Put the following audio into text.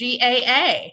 GAA